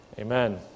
Amen